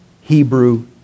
Hebrew